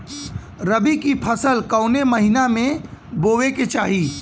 रबी की फसल कौने महिना में बोवे के चाही?